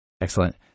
Excellent